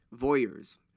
Voyeurs